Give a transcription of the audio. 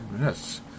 Yes